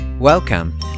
Welcome